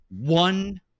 One